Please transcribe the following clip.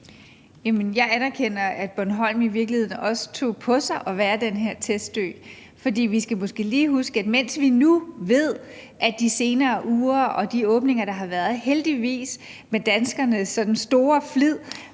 Jeg anerkender, at Bornholm i virkeligheden også tog på sig at være den her testø. For vi skal måske lige huske, at mens vi nu ved, at vi i de senere uger og med de åbninger, der har været, heldigvis med danskernes store flid,